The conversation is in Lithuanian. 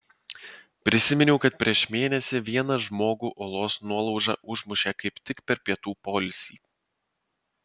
prisiminiau kad prieš mėnesį vieną žmogų uolos nuolauža užmušė kaip tik per pietų poilsį